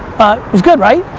was good right?